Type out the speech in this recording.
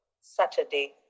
Saturday